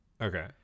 Okay